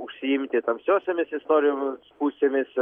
užsiimti tamsiosiomis istorijo pusėmis